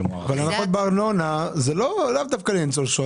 שמוערכים ב --- אבל הנחה בארנונה זה לאו דווקא לניצול שואה.